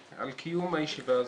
על קיום הישיבה הזאת,